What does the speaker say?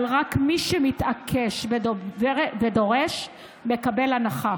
אבל רק מי שמתעקש ודורש מקבל הנחה,